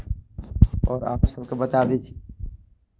आओर आप सभकेँ बता दै छी